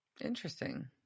Interesting